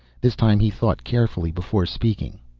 this time he thought carefully before speaking.